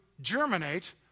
germinate